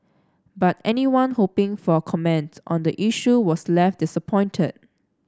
but anyone hoping for a comment on the issue was left disappointed